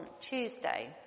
Tuesday